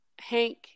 Hank